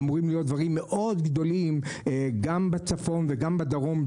אמורים להיות דברים גדולים מאוד גם בצפון וגם בדרום.